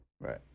Right